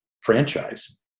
franchise